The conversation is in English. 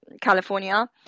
California